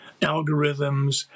algorithms